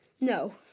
No